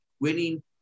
winning